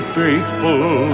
faithful